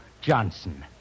Johnson